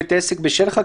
עסק שיש לו 1,000